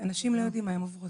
אנשים ממש לא יודעים מה הן עוברות.